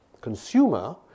consumer